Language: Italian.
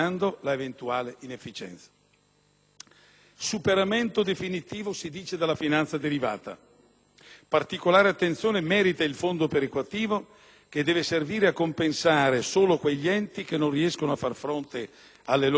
superamento definitivo della finanza derivata. Particolare attenzione merita il fondo perequativo che deve servire a compensare solo quegli enti che non riescono a far fronte alle loro spese con tributi ed entrate proprie